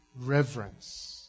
reverence